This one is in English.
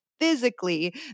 physically